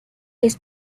his